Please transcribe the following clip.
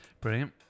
brilliant